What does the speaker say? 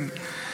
כן,